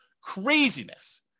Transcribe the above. Craziness